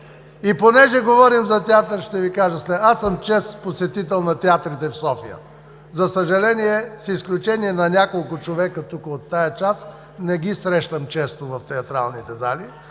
Понеже говорим за театър, ще Ви кажа следното: аз съм чест посетител на театрите в София. За съжаление, с изключение на няколко души тук, от тази част, не Ви срещам често в театралните зали.